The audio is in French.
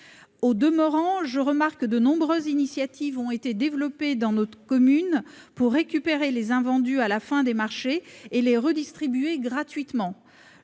Au demeurant, je remarque que de nombreuses initiatives ont été développées dans notre commune pour récupérer les invendus à la fin des marchés et les redistribuer gratuitement.